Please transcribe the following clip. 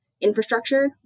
infrastructure